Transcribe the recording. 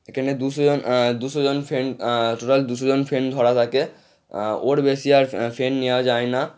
এখানে দুশো জন দুশো জন ফ্রেণ্ড টোটাল দুশো জন ফ্রেণ্ড ধরা থাকে ওর বেশি আর ফ্রেণ্ড নেওয়া যায় না